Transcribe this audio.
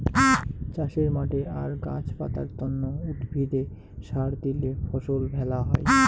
চাষের মাঠে আর গাছ পাতার তন্ন উদ্ভিদে সার দিলে ফসল ভ্যালা হই